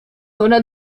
ona